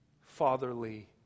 fatherly